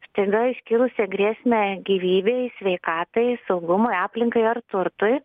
staiga iškilusią grėsmę gyvybei sveikatai saugumui aplinkai ar turtui